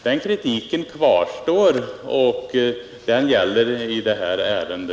Den kritiken kvarstår, och den gäller i detta ärende.